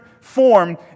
form